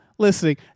listening